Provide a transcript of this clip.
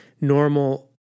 normal